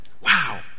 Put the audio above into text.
wow